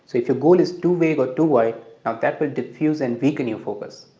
if your goal is too vague or too wide, now that will diffuse and weaken your focus.